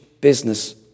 business